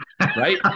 Right